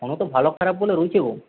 এখন তো ভালো খারাপ বলে রয়েছে গো